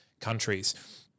countries